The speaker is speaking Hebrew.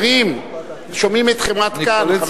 שומעים אתכם עד כאן.